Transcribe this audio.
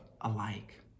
alike